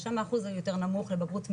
שם האחוז יותר נמוך לבגרות מלאה,